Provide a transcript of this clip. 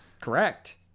correct